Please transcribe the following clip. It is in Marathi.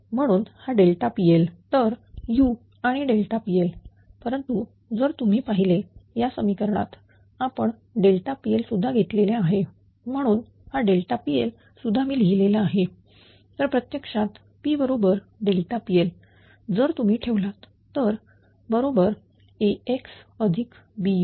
म्हणून हा PL तर u आणिPL परंतु जर तुम्ही पाहिले या समीकरणात आपण PL सुद्धा घेतलेल्या आहे म्हणून हा PL सुद्धा मी लिहिलेला आहे तर प्रत्यक्षात p बरोबरPL जर तुम्ही ठेवलात तर बरोबर AxBu IP